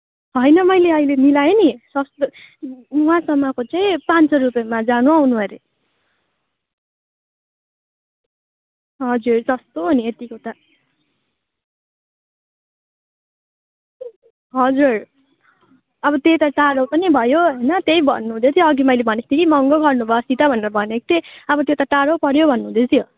होइन मैले अहिले मिलाएँ नि सस्तो वहाँसम्मको चाहिँ पाँच सय रुपियाँमा जानु आउनु अरे हजुर सस्तो हो नि यतिको त हजुर अब त्यता टाढो पनि भयो होइन त्यही भन्नु हुँदै थियो अघि मैले भनेको थिएँ कि महँगो गर्नु भयो अस्ति त भनेर भनेको थिएँ अब त्यो त टाढो पऱ्यो भन्नु हुँदैथ्यो